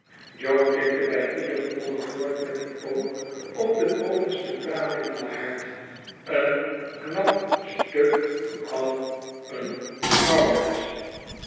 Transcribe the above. jo tikte bij ieder volgend woord met den pook op de bovenste tralie van den haard een knap stuk van een